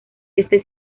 este